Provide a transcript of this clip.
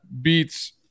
beats